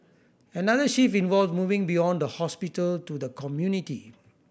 another shift involves moving beyond the hospital to the community